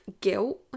guilt